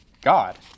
God